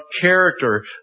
character